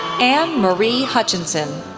anne marie hutchinson,